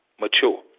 mature